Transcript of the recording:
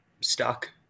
stuck